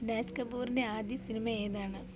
രാജ് കപൂറിൻ്റെ ആദ്യ സിനിമ ഏതാണ്